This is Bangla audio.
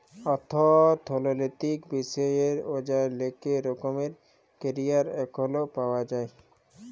অথ্থলৈতিক বিষয়ে অযায় লেক রকমের ক্যারিয়ার এখল পাউয়া যায়